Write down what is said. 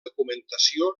documentació